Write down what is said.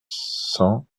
cent